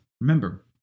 remember